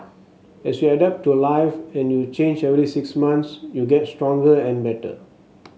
as you adapt to life and you change every six months you get stronger and better